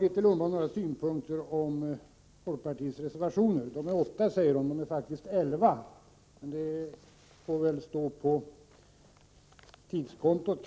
Grethe Lundblad hade synpunkter på folkpartiets reservationer. Hon sade att det var åtta folkpartistiska reservationer, men vi har faktiskt elva och inte åtta reservationer.